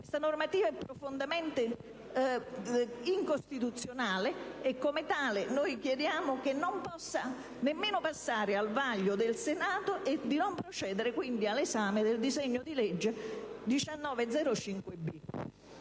questa normativa è profondamente incostituzionale, e come tale noi chiediamo che non possa neanche passare al vaglio del Senato e, quindi, chiediamo di non procedere all'esame del disegno di legge n.